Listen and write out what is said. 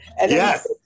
Yes